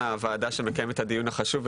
לוועדה שמקיימת את הדיון החשוב,